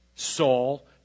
Saul